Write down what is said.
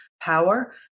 power